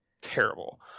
terrible